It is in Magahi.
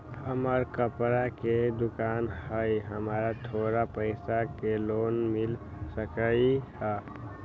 हमर कपड़ा के दुकान है हमरा थोड़ा पैसा के लोन मिल सकलई ह?